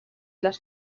les